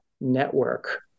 network